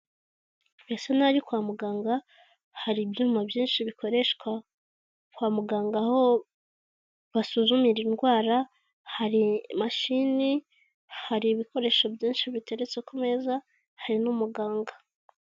Birasa n'aho ari kwa muganga, hari ibyuma byinshi bikoreshwa kwa muganga aho basuzumira indwara, hari mashini, hari ibikoresho byinshi biteretse ku meza hari n'umuganga.